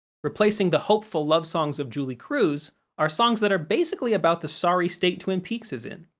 replacing the hopeful love songs of julee cruise are songs that are basically about the sorry state twin peaks is in.